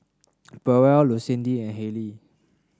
Powell Lucindy and Haylie